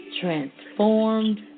transformed